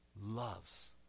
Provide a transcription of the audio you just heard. loves